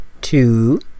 two